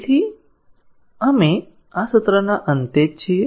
તેથી આપણે આ સત્રના અંતે જ છીએ